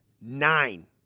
Nine